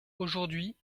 aujourd’hui